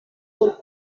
por